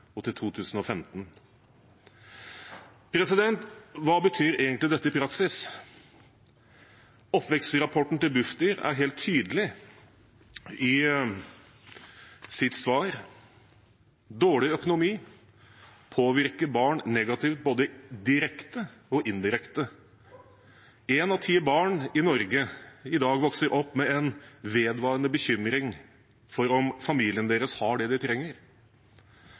2001 til 2015. Hva betyr egentlig dette i praksis? Oppvekstrapporten til Bufdir er helt tydelig i sitt svar: Dårlig økonomi påvirker barn negativt både direkte og indirekte. Ett av ti barn i Norge i dag vokser opp med en vedvarende bekymring for om familien deres har det den trenger. Ting som ni av ti barn tar for gitt, at de